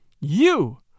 You